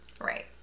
right